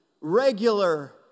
regular